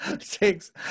Six